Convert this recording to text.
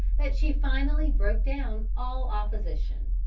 that she finally broke down all opposition.